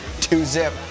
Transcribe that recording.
Two-zip